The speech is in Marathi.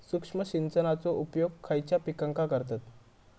सूक्ष्म सिंचनाचो उपयोग खयच्या पिकांका करतत?